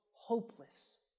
hopeless